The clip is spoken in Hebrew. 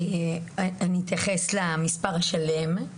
אני אתייחס למספר שלם.